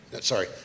sorry